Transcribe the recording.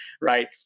right